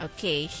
Okay